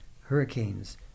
hurricanes